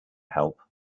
help